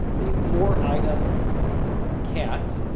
the four item cat